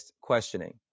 questioning